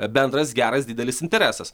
bendras geras didelis interesas